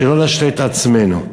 שלא נשלה את עצמנו.